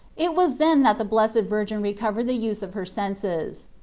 it was then that the blessed virgin re covered the use of her senses.